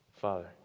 Father